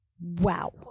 Wow